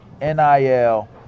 NIL